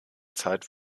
zeit